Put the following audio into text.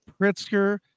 Pritzker